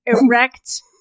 erect